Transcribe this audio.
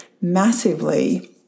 massively